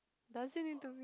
does it need to be